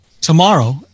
tomorrow